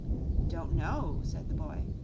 don't know, said the boy,